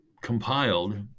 compiled